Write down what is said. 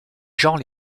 genres